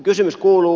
kysymys kuuluu